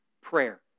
prayer